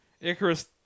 Icarus